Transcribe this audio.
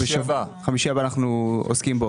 וביום ראשון הבא אנחנו עוסקים בו: